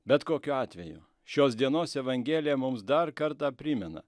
bet kokiu atveju šios dienos evangelija mums dar kartą primena